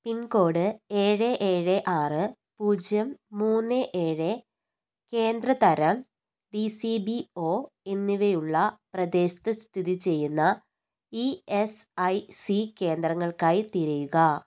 pincode ഏഴ് ഏഴ് ആറ് പൂജ്യം മൂന്ന് ഏഴ് കേന്ദ്ര തരം ഡി സി ബി ഒ എന്നിവയുള്ള പ്രദേശത്ത് സ്ഥിതിചെയ്യുന്ന ഇ എസ് ഐ സി കേന്ദ്രങ്ങൾക്കായി തിരയുക